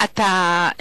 אתה,